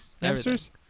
hamsters